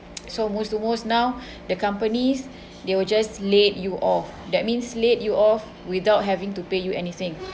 so worst to worst now the companies they will just laid you off that means laid you off without having to pay you anything